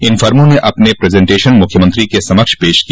इन फर्मों ने अपना प्रजेंटेशन मुख्यमंत्री के समक्ष पेश किया